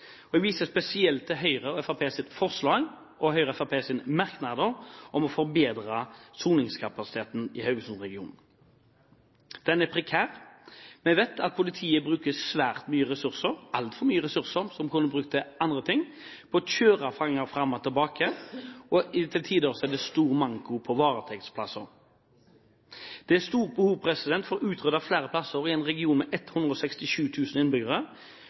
Høyre og Fremskrittspartiets forslag og Høyre og Fremskrittspartiets merknader om å forbedre soningskapasiteten i Haugesund-regionen. Den er prekær. Vi vet at politiet bruker svært mye ressurser – altfor mye ressurser – som kunne vært brukt til andre ting, på å kjøre fanger fram og tilbake. Til tider er det stor manko på varetektsplasser. Det er stort behov for å få utredet flere plasser. I en region med 167 000 innbyggere